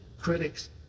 critics